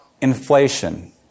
inflation